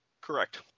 Correct